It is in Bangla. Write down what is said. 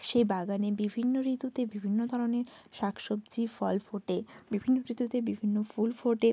সেই বাগানে বিভিন্ন ঋতুতে বিভিন্ন ধরনের শাক সবজি ফল ফোটে বিভিন্ন ঋতুতে বিভিন্ন ফুল ফোটে